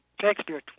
Shakespeare